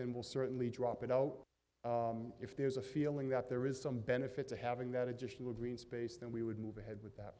and will certainly drop it out if there's a feeling that there is some benefit to having that additional green space then we would move ahead with that